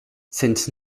since